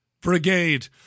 brigade